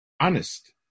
Honest